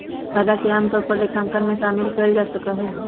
फायदा के आमतौर पर लेखांकन में शामिल कइल जा सका हई